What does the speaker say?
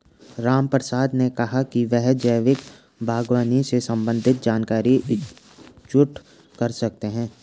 रामप्रसाद ने कहा कि वह जैविक बागवानी से संबंधित जानकारी इकट्ठा कर रहा है